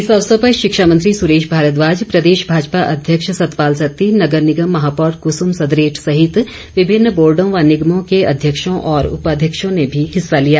इस अवसर पर शिक्षामंत्री सुरेश भारद्वाज प्रदेश भाजपा अध्यक्ष सतपाल सत्ती नगर निगम महापौर कुसुम सदरेट सहित विभिन्न बोर्डो व निगमों के अध्यक्षों और उपाध्यक्षों ने भी हिस्सा लिया